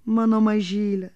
mano mažyle